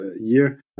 year